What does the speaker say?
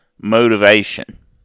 motivation